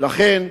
ולכן,